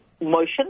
motion